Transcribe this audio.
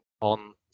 on